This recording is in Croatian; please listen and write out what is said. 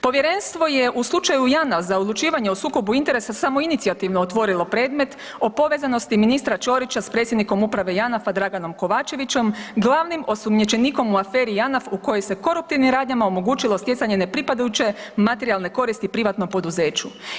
Povjerenstvo je u slučaju … za odlučivanje o sukobu interesa samoinicijativno otvorilo predmet o povezanosti ministra Ćorića s predsjednikom Uprave Janafa Draganom Kovačevićem glavnim osumnjičenikom u aferi Janaf u koji se koruptivnim radnjama omogućilo stjecanje ne pripadajuće materijalne koristi privatnom poduzeću.